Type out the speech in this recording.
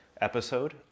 episode